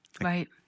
Right